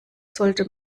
sollte